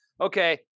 okay